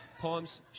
Poems